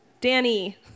Danny